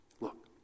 look